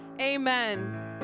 Amen